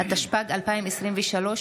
התשפ"ג 2023,